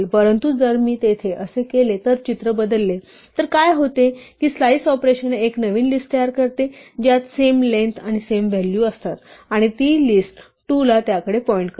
परंतु जर मी तेथे असे केले तर चित्र बदलले तर काय होते की स्लाइस ऑपरेशन एक नवीन लिस्ट तयार करते ज्यात सेम लेंग्थ आणि सेम व्हॅल्यू असतात आणि ती लिस्ट 2 ला त्याकडे पॉईंट करते